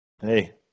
hey